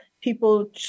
people